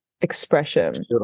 expression